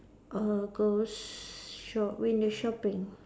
or go s~ shop window shopping